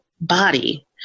body